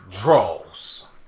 draws